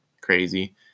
crazy